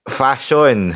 fashion